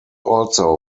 also